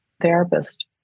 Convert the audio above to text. therapist